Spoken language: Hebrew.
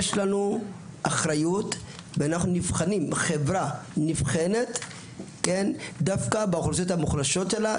יש לנו אחריות והחברה נבחנת דווקא באוכלוסיות המוחלשות שלה,